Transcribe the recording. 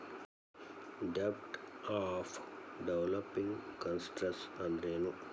ಡೆಬ್ಟ್ of developing countries ಅಂದ್ರೇನು?